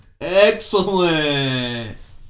Excellent